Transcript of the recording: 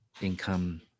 income